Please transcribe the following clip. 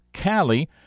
Callie